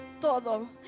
todo